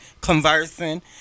conversing